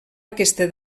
aquesta